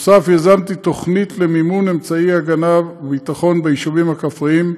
תוכנית למימון אמצעי הגנה לביטחון ביישובים הכפריים,